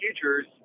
futures